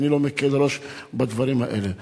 ואני לא מקל ראש בדברים האלה.